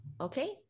okay